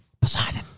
Poseidon